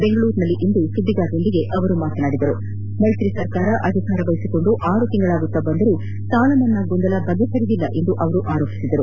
ಬೆಂಗಳೂರಿನಲ್ಲಿ ಇಂದು ಸುದ್ದಿಗಾರರೊಂದಿಗೆ ಮಾತನಾಡಿದ ಅವರು ಮೈತ್ರಿ ಸರ್ಕಾರ ಅಧಿಕಾರ ವಹಿಸಿಕೊಂಡು ಆರು ತಿಂಗಳಾದರೂ ಸಾಲ ಮನ್ನಾ ಗೊಂದಲ ಬಗೆಹರಿದಿಲ್ಲ ಎಂದು ಆರೋಪಿಸಿದರು